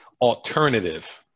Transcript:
Alternative